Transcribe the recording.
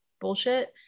bullshit